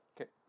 Okay